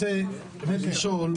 רוצה באמת לשאול,